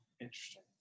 Interesting